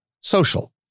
social